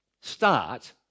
start